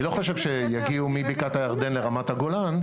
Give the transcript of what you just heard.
אני לא חושב שיגיעו מבקעת הירדן לרמת הגולן,